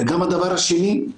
וגם הדבר השני,